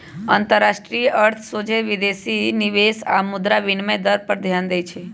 अंतरराष्ट्रीय अर्थ सोझे विदेशी निवेश आऽ मुद्रा विनिमय दर पर ध्यान देइ छै